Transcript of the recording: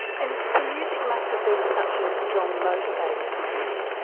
and the music must have been such a strong motivator for you.